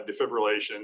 defibrillation